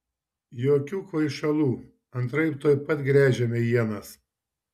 jokių kvaišalų antraip tuoj pat gręžiame ienas